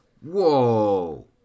Whoa